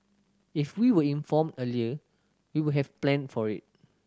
if we were informed earlier we would have planned for it